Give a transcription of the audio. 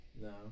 no